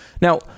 Now